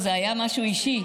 זה היה משהו אישי.